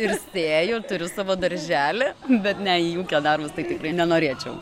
ir spėju ir turiu savo darželį bet ne į ūkio darbus tai tikrai nenorėčiau